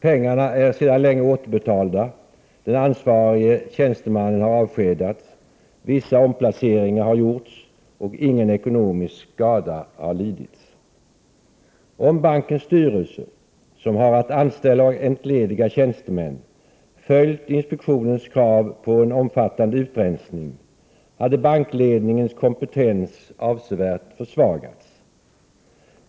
Pengarna är sedan länge återbetalda, den ansvarige tjänstemannen har avskedats, vissa omplaceringar har gjorts och ingen ekonomisk skada har lidits. Om bankens styrelse, som har att anställa och entlediga tjänstemän, följt inspektionens krav på en omfattande utrensning hade bankledningens kompetens avsevärt försvagats.